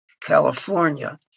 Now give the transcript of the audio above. California